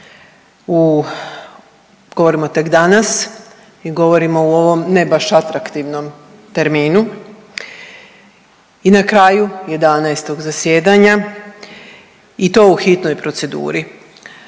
govorimo tek danas i govorimo u ovom ne baš atraktivnom terminu i na kraju 11. zasjedanja i to u hitnoj proceduri,